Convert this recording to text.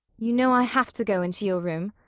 you know i have to go into your room.